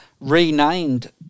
renamed